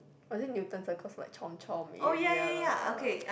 I think Newton Circus like chomp-chomp area